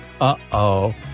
Uh-oh